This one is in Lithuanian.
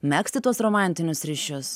megzti tuos romantinius ryšius